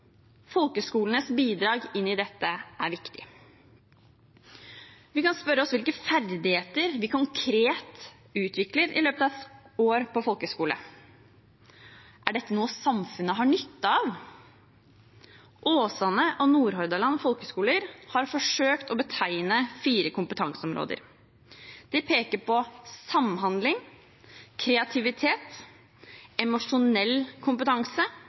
bidrag til dette er viktig. Vi kan spørre oss hvilke ferdigheter man konkret utvikler i løpet av et år på folkehøgskole. Er dette noe samfunnet har nytte av? Åsane Folkehøgskole og Nordhordland Folkehøgskole har forsøkt å betegne fire kompetanseområder. De peker på samhandling, kreativitet, emosjonell kompetanse